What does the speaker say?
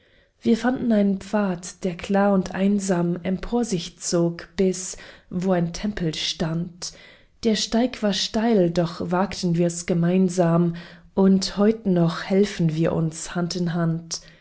wir fanden einen pfad der klar und einsam empor sich zog bis wo ein tempel stand der steig war steil doch wagten wir's gemeinsam und heut noch helfen wir uns hand in hand